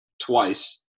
twice